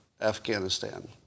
Afghanistan